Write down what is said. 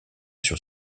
sur